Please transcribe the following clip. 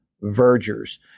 vergers